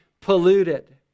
polluted